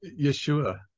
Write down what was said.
Yeshua